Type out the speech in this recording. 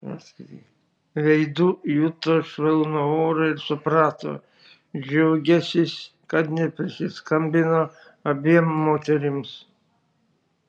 veidu juto švelnų orą ir suprato džiaugiąsis kad neprisiskambino abiem moterims